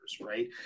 Right